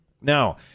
Now